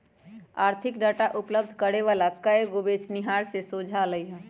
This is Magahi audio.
आर्थिक डाटा उपलब्ध करे वला कएगो बेचनिहार से सोझा अलई ह